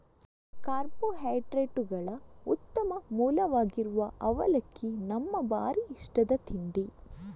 ಕಾರ್ಬೋಹೈಡ್ರೇಟುಗಳ ಉತ್ತಮ ಮೂಲವಾಗಿರುವ ಅವಲಕ್ಕಿ ನಮ್ಮ ಭಾರೀ ಇಷ್ಟದ ತಿಂಡಿ